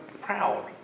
proud